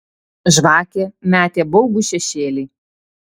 žvakė metė baugų šešėlį